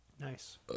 Nice